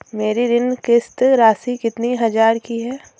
मेरी ऋण किश्त राशि कितनी हजार की है?